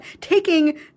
taking